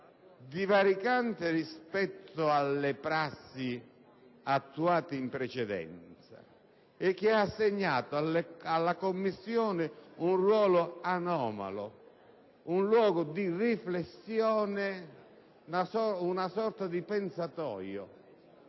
divergente rispetto alle prassi attuate in precedenza, che ha assegnato alla Commissione un ruolo anomalo, quasi fosse un luogo di riflessione, una sorta di pensatoio,